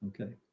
okay